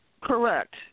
Correct